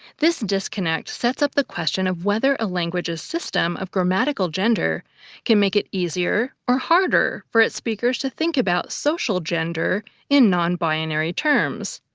this disconnect sets up the question of whether a language's system of grammatical gender can make it easier or harder for its speakers to think about social gender in non-binary terms.